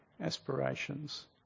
aspirations